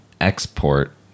export